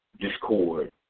discord